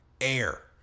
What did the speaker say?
air